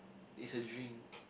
is a drink